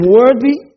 worthy